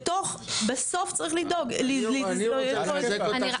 אני רוצה לחזק אותך,